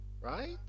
Right